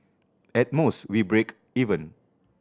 at most we break even